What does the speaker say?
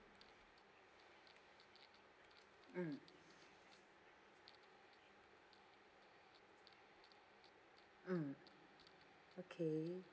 mm mm okay